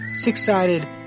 six-sided